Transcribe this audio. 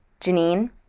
Janine